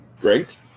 Great